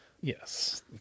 Yes